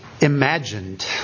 imagined